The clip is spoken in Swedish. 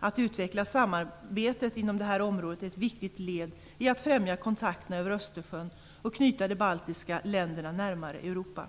Att utveckla samarbetet inom detta område är ett viktigt led i att främja kontakterna över Östersjön och knyta de baltiska länderna närmare Europa.